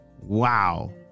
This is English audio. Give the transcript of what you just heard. Wow